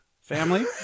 family